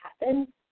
happen